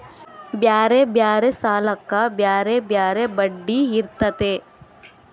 ಬ್ಯಾರೆ ಬ್ಯಾರೆ ಸಾಲಕ್ಕ ಬ್ಯಾರೆ ಬ್ಯಾರೆ ಬಡ್ಡಿ ಇರ್ತತೆ